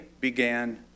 began